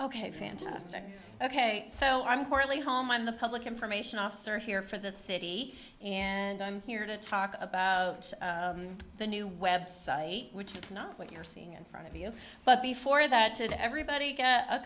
ok fantastic ok so i'm quietly home i'm the public information officer here for the city and i'm here to talk about the new website which is not what you're seeing in front of you but before that did everybody